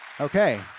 Okay